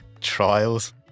trials